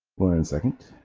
one second,